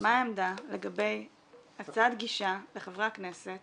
מה העמדה לגבי הקצאת גישה לחברי הכנסת